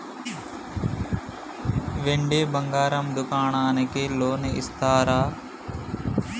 వెండి బంగారం దుకాణానికి లోన్ ఇస్తారా?